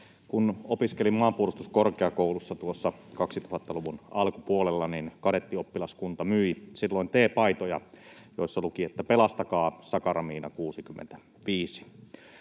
Kun opiskelin Maanpuolustuskorkeakoulussa tuossa 2000-luvun alkupuolella, niin Kadettioppilaskunta myi silloin t-paitoja, joissa luki ”pelastakaa sakaramiina 65”.